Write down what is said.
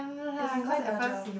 as in why Belgium